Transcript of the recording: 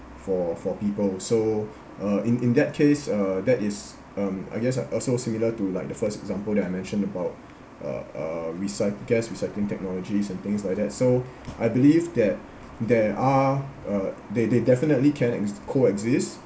for for people so uh in in that case uh that is um I guess are also similar to like the first example that I mentioned about uh uh recy~ gas recycling technologies and things like that so I believe that there are uh they they definitely can ex~ coexist